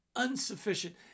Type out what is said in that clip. insufficient